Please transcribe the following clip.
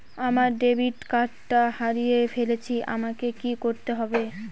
আমার ডেবিট কার্ডটা হারিয়ে ফেলেছি আমাকে কি করতে হবে?